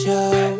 Show